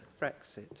Brexit